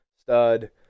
stud